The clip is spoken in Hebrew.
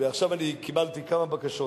ועכשיו אני קיבלתי כמה בקשות